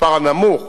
המספר הנמוך